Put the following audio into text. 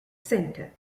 center